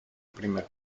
primer